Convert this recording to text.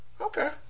Okay